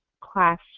class